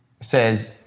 says